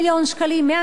100 מיליון שקלים,